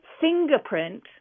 fingerprint